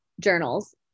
journals